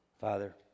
Father